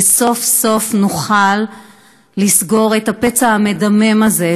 וסוף-סוף נוכל לסגור את הפצע המדמם הזה,